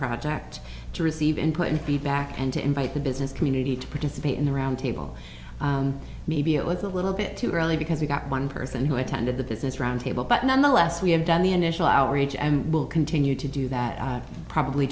project to receive input and feedback and to invite the business community to participate in the roundtable maybe it was a little bit too early because we got one person who attended the business roundtable but nonetheless we have done the initial outreach and will continue to do that probably